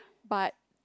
but